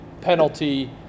penalty